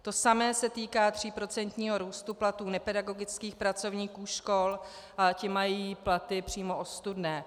To samé se týká tříprocentního růstu platů nepedagogických pracovníků škol, ale ti mají platy přímo ostudné.